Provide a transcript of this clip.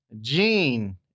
Gene